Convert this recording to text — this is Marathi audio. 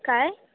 काय